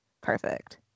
Perfect